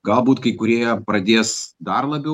galbūt kai kurie pradės dar labiau